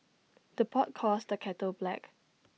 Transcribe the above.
the pot calls the kettle black